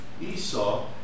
Esau